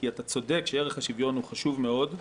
כי אתה צודק שערך השוויון חשוב מאוד,